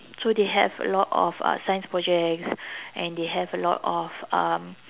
so they have a lot of uh science projects and they have a lot of um